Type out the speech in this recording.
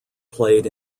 played